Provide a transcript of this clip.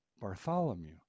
bartholomew